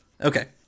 okay